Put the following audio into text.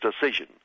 decision